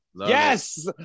Yes